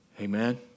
amen